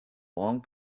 long